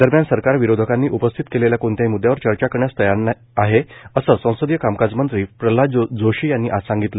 दरम्यान सरकार विरोधकांनी उपस्थित केलेल्या कोणत्याही मुददयांवर चर्चा करण्यास तयार आहे असं संसदीय कामकाज मंत्री प्रल्हाद जोशी यांनी आज सांगितलं